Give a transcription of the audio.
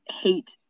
hate